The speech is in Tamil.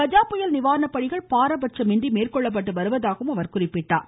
கஜா புயல் நிவாரண பணிகள் பாரபட்சமின்றி மேற்கொள்ளப்பட்டு வருவதாக கூறினார்